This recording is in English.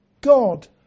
God